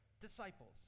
disciples